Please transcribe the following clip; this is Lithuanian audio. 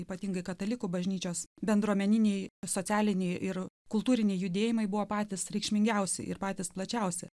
ypatingai katalikų bažnyčios bendruomeninėje socialinėje ir kultūriniai judėjimai buvo patys reikšmingiausi ir patys plačiausi